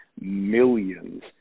millions